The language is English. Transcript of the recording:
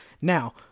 Now